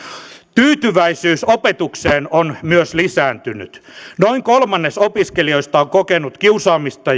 tyytyväisyys opetukseen on myös lisääntynyt noin kolmannes opiskelijoista on kokenut kiusaamista